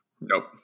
nope